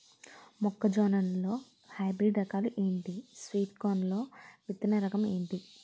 మొక్క జొన్న లో హైబ్రిడ్ రకాలు ఎంటి? స్వీట్ కార్న్ విత్తన రకం ఏంటి?